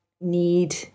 need